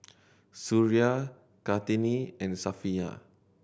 Suria Kartini and Safiya